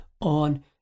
on